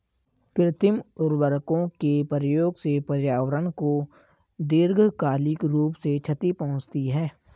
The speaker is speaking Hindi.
कृत्रिम उर्वरकों के प्रयोग से पर्यावरण को दीर्घकालिक रूप से क्षति पहुंचती है